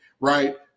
right